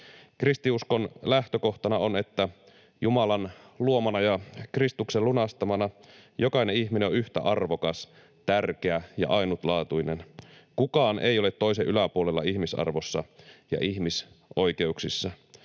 Kristinuskon lähtökohtana on, että Jumalan luomana ja Kristuksen lunastamana jokainen ihminen on yhtä arvokas, tärkeä ja ainutlaatuinen. Kukaan ei ole toisen yläpuolella ihmisarvossa ja ihmisoikeuksissa.